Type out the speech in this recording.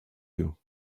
you